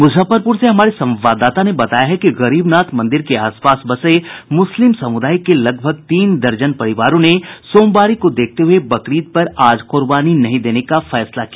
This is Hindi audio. मुजफ्फरपुर से हमारे संवाददाता ने बताया है कि गरीबनाथ मंदिर के आस पास बसे मुस्लिम समुदाय के लगभग तीन दर्जन परिवारों ने सोमवारी को देखते हुये बकरीद पर आज कुर्बानी नहीं देने का फैसला किया